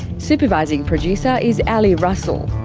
supervising producer is ali russell.